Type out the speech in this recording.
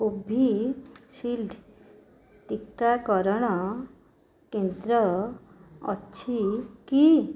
Covishield ଟୀକାକରଣ କେନ୍ଦ୍ର ଅଛି କି